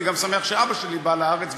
אני גם שמח שאבא שלי בא לארץ,